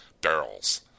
barrels